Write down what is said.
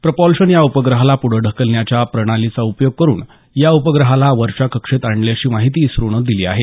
propulsion या उपग्रहाला पुढं ढकलण्याच्या प्रणालीचा उपयोग करून या उपग्रहाला वरच्या कक्षेत आणल्याची माहिती इस्रोनं दिली आहे